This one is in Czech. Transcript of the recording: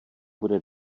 bude